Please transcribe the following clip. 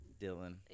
Dylan